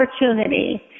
opportunity